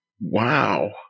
Wow